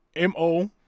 MO